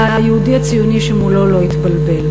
היהודי הציוני שמולו לא התבלבל.